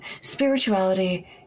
spirituality